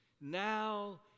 now